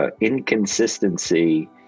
inconsistency